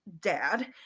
dad